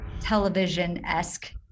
television-esque